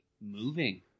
moving